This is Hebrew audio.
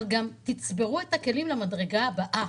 ותצברו את הכלים למדרגה הבאה.